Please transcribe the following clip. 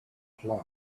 plum